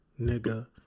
nigga